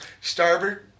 starboard